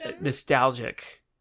nostalgic